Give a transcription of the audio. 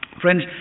Friends